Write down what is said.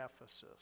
Ephesus